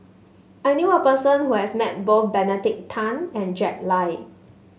I knew a person who has met both Benedict Tan and Jack Lai